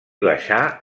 baixà